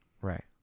right